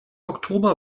oktober